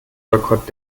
boykott